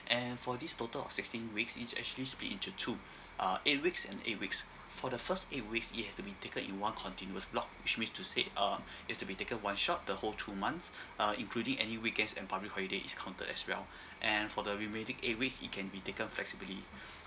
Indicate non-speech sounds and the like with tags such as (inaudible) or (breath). and for this total of sixteen weeks is actually split into two uh eight weeks and eight weeks for the first eight weeks it has to be taken in one continuous block which means to say um it's to be taken one shot the whole two months (breath) uh including any weekends and public holiday is counted as well and for the remaining eight weeks it can be taken flexibly (breath)